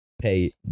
pay